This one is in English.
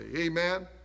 amen